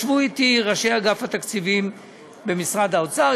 ישבו אתי ראשי אגף התקציבים במשרד האוצר,